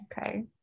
Okay